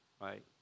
right